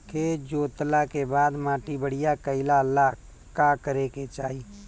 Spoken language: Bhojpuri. खेत जोतला के बाद माटी बढ़िया कइला ला का करे के चाही?